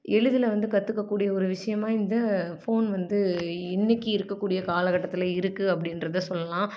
எளிதில் வந்து கற்றுக்க கூடிய ஒரு விஷயமாக இந்து ஃபோன் வந்து இன்றைக்கி இருக்கற கூடிய காலக்கட்டத்தில் இருக்குது அப்படின்றத சொல்லலாம்